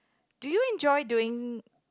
do you enjoy doing